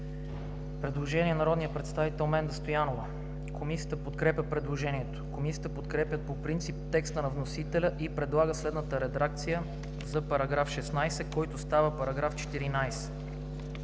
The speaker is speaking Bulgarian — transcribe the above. предложение на народния представител Менда Стоянова. Комисията подкрепя предложението. Комисията подкрепя по принцип текста на вносителя и предлага следната редакция за § 16, който става § 14: „§ 14.